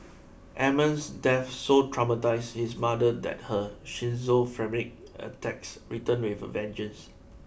Amman's death so traumatised his mother that her schizophrenic attacks returned with a vengeance